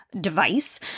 device